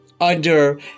under-